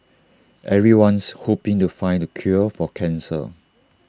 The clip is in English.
everyone's hoping to find the cure for cancer